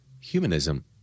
humanism